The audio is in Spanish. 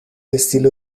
estilo